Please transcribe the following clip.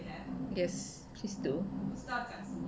yes please do